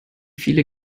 viele